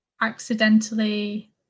accidentally